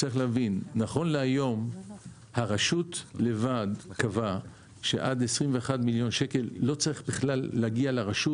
נכון להיום הרשות לבד קבעה שעד 21 מיליון שקל לא צריך בכלל להגיע לרשות.